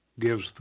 gives